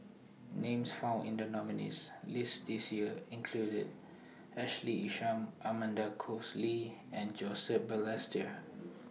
Names found in The nominees' list This Year included Ashley Isham Amanda Koes Lee and Joseph Balestier